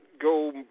go